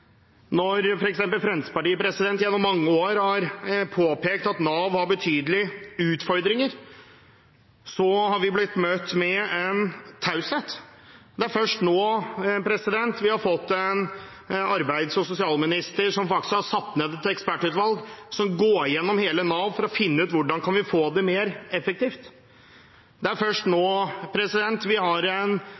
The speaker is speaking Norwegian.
Når f.eks. Fremskrittspartiet gjennom mange år har påpekt at Nav har betydelige utfordringer, har vi blitt møtt med taushet. Det er først nå vi har fått en arbeids- og sosialminister som har satt ned et ekspertutvalg som går gjennom hele Nav for å finne ut hvordan vi kan få det mer effektivt. Det er først nå vi har en